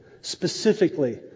Specifically